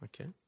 Okay